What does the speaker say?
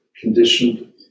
conditioned